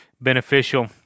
beneficial